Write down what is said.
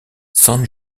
san